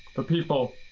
the people.